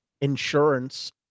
insurance